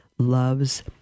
loves